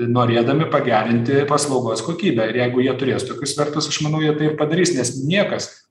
norėdami pagerinti paslaugos kokybę ir jeigu jie turės tokius vertus aš manau jie tai ir padarys nes niekas